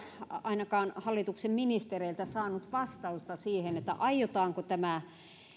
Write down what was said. ainakaan vielä hallituksen ministereiltä saanut vastausta siihen aiotaanko tämä